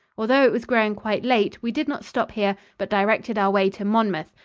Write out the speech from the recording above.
although it was growing quite late, we did not stop here, but directed our way to monmouth,